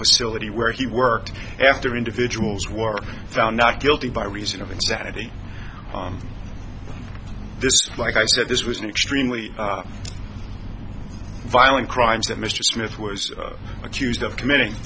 facility where he worked after individuals were found not guilty by reason of insanity like i said this was an extremely violent crimes that mr smith was accused of committing